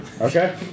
Okay